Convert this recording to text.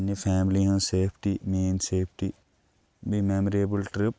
پنٛنہِ فیملی ہٕنٛز سیفٹی میٛٲنۍ سیفٹی بیٚیہِ میمریبٕل ٹِرٛپ